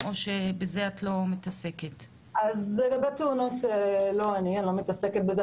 לגבי תאונות אני לא מתעסקת בזה.